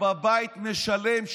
גדעון סער מנדנד את דוד,